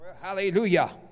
hallelujah